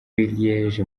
liège